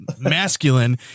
masculine